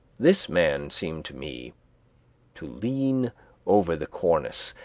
this man seemed to me to lean over the cornice,